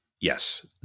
Yes